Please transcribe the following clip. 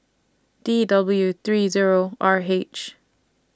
D W three Zero R H